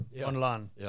online